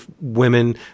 women